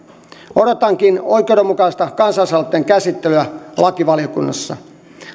odotankin oikeudenmukaista kansalaisaloitteen käsittelyä lakivaliokunnassa